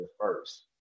first